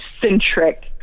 centric